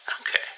Okay